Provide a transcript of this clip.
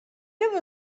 give